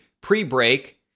Pre-break